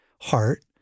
heart